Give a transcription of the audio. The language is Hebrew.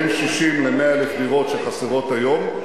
בין 60,000 ל-100,000 דירות שחסרות היום.